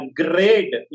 grade